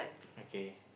okay